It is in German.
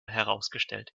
herausgestellt